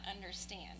understand